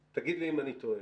תגיד לי אם אני טועה.